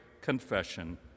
confession